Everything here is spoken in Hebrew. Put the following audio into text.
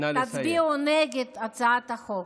תצביעו נגד הצעת החוק.